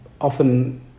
often